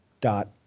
dot